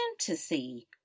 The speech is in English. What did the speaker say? fantasy